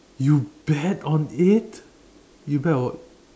you bet on it you bet on what